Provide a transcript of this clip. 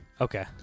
Okay